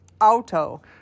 auto